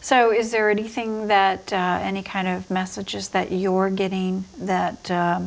so is there anything that any kind of messages that you are getting that